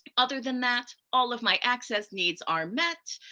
other than that, all of my access needs are met.